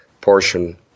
portion